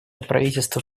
правительство